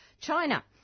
China